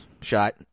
shot